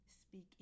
Speak